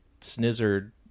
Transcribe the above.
Snizzard